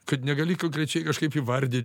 kad negali konkrečiai kažkaip įvardyt